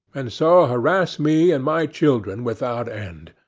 and so harass me and my children without end.